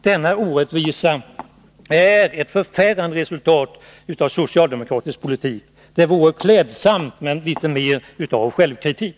Denna orättvisa är ett förfärande resultat av socialdemokratisk politik. Det vore klädsamt med litet mer av självkritik.